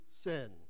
sin